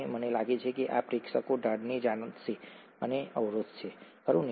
અને મને લાગે છે કે આ પ્રેક્ષકો ઢાળને જાણશે અને અવરોધશે ખરું